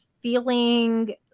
feeling